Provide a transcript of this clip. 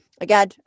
again